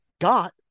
got